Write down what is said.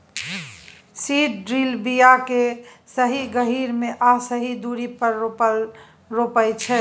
seed drill बीया केँ सही गहीर मे आ सही दुरी पर रोपय छै